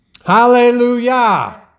Hallelujah